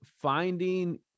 finding